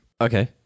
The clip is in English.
Okay